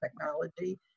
technology